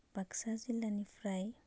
बाक्सा जिल्लानिफ्राय